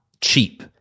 cheap